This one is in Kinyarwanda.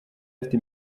afite